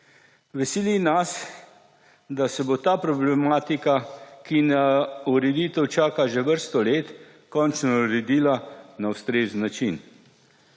Veseli nas, da se bo ta problematika, ki na ureditev čaka že vrsto let, končno uredila na ustrezen način.